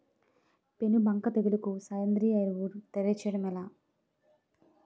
పేను బంక తెగులుకు సేంద్రీయ ఎరువు తయారు చేయడం ఎలా?